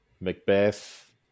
Macbeth